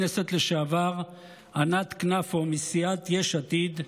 הכנסת לשעבר ענת כנפו מסיעת יש עתיד,